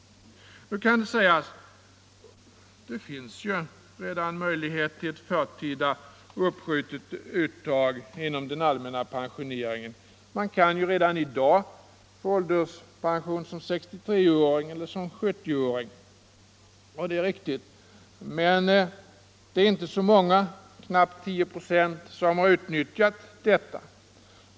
Det kan invändas att det redan i dag finns möjlighet till förtida och uppskjutet uttag inom den allmänna pensioneringen. Man kan få ålders pension som 63-åring eller som 70-åring. Det är riktigt. Men det är inte - Nr 134 så många — knappt 10 procent —- som har, utnyttjat detta.